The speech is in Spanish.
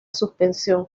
suspensión